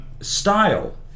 Style